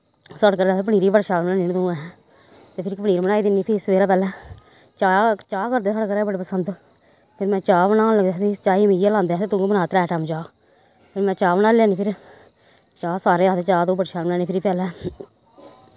साढ़े घरै दे आखदे पनीर बी बड़ा शैल बनानी होनी ऐं तूं ते फ्ही पनीर बनाई दिन्नी फिर सवेरै पैह्लैं चाह् चाह् करदे साढ़ै घरै दे पसंद फिर मीं चाह् बनान लेई आखदे चाही मी गै लांदे आखदे तूं गै बना त्रै टैम चाह् फिर में चाह् बनाई लैन्नी फिर चाह् सारे आखदे चाह् तूं बड़ी शैल बनानी फिरी पैह्लैं